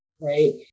Right